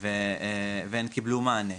והן קיבלו מענה.